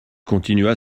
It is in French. continua